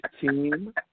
team